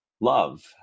love